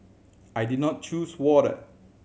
I did not choose water